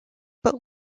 but